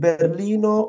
Berlino